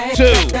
two